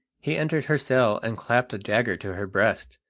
he entered her cell and clapped a dagger to her breast,